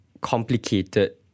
complicated